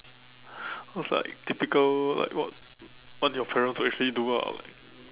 cause like typical like what what your parents will actually do ah like